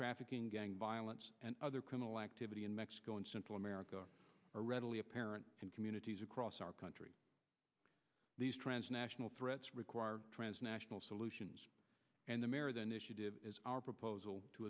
trafficking gang violence and other criminal activity in mexico and central america are readily apparent in communities across our country these transnational threats require transnational solutions and american issue to our proposal to